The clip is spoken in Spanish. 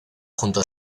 junto